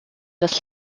des